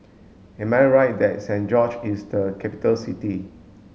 am I right that Saint George's is a capital city